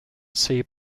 see